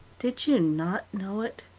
did you not know it?